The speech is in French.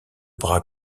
bras